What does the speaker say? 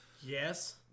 Yes